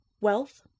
Wealth